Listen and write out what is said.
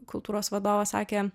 kultūros vadovas sakė